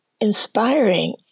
inspiring